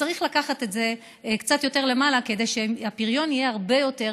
וצריך לקחת את זה קצת יותר למעלה כדי שהפריון יהיה הרבה יותר,